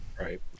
right